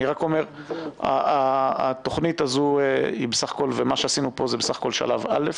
אני רק אומר: התוכנית הזו ומה שעשינו פה זה בסך הכול שלב א'.